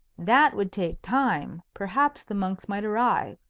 that would take time perhaps the monks might arrive.